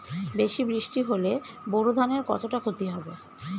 বেশি বৃষ্টি হলে বোরো ধানের কতটা খতি হবে?